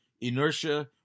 inertia